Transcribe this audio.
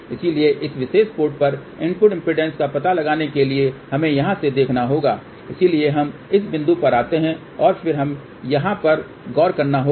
इसलिए इस विशेष पोर्ट पर इनपुट इम्पीडेन्स का पता लगाने के लिए हमें यहाँ से देखना होगा इसलिए हम इस बिंदु पर आते हैं और फिर हमें यहाँ इस पर गौर करना होगा